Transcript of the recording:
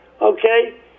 okay